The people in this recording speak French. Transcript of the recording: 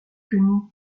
quenu